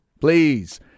please